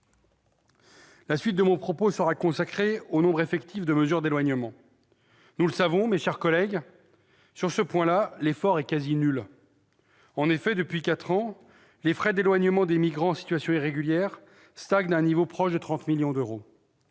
La suite de mon propos sera consacrée au nombre de mesures d'éloignement effectivement exécutées. Nous le savons, mes chers collègues, l'effort à cet égard est quasi nul. En effet, depuis quatre ans, les dépenses d'éloignement des migrants en situation irrégulière stagnent à un niveau proche de 30 millions d'euros.